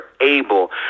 able